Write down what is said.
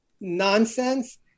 nonsense